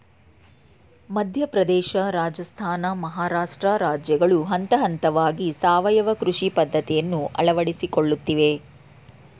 ಮಧ್ಯಪ್ರದೇಶ, ರಾಜಸ್ಥಾನ, ಮಹಾರಾಷ್ಟ್ರ ರಾಜ್ಯಗಳು ಹಂತಹಂತವಾಗಿ ಸಾವಯವ ಕೃಷಿ ಪದ್ಧತಿಯನ್ನು ಅಳವಡಿಸಿಕೊಳ್ಳುತ್ತಿವೆ